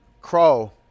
Crow